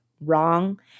wrong